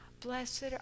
Blessed